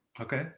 Okay